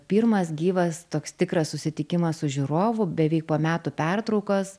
pirmas gyvas toks tikras susitikimas su žiūrovu beveik po metų pertraukos